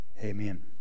Amen